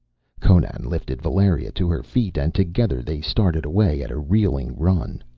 conan lifted valeria to her feet and together they started away at a reeling run.